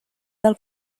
del